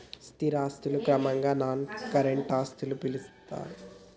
స్థిర ఆస్తులను క్రమంగా నాన్ కరెంట్ ఆస్తులుగా పిలుత్తరు